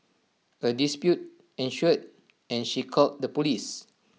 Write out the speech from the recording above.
A dispute ensued and she called the Police